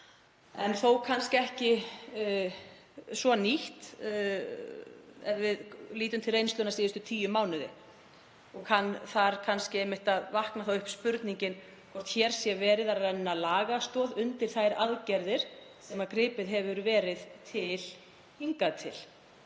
en þó kannski ekki svo nýtt ef við lítum til reynslunnar síðustu tíu mánuði. Þar kann einmitt að vakna upp spurningin hvort hér sé verið að renna lagastoð undir þær aðgerðir sem gripið hefur verið til hingað til.